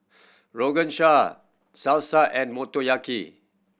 Rogan Josh Salsa and Motoyaki